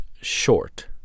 short